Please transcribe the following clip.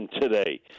today